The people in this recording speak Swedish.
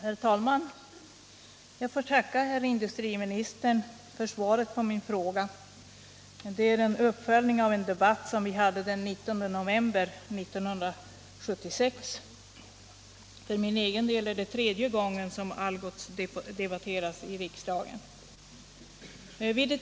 Herr talman! Jag får tacka herr industriministern för svaret på min fråga, som är en uppföljning av en debatt som vi hade den 19 november 1976. För min egen del är det tredje gången som jag debatterar Algots i riksdagen.